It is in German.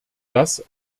das